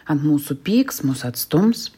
ant mūsų pyks mus atstums